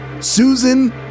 Susan